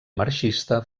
marxista